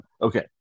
Okay